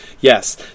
Yes